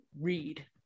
read